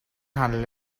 handle